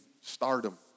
stardom